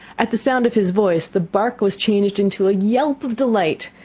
at the sound of his voice the bark was changed into a yelp of delight,